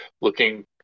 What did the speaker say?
looking